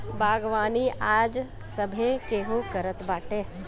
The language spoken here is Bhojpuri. बागवानी आज सभे केहू करत बाटे